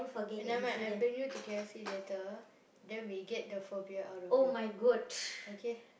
eh never mind I bring you to K_F_C later then we get the phobia out of you okay